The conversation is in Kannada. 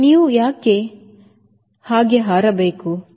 ನೀವು ಯಾಕೆ ಹಾಗೆ ಹಾರಬೇಕು